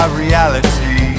reality